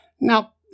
Now